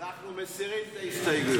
אנחנו מסירים את ההסתייגויות.